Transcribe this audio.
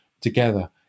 together